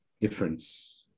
difference